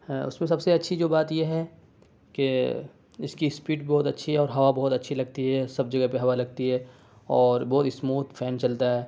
ہاں اس میں سب سے اچھی جو بات یہ ہے کہ اس کی اسپیڈ بہت اچھی ہے اور ہوا بہت اچھی لگتی ہے سب جگہ پہ ہوا لگتی ہے اور بہت اسموتھ فین چلتا ہے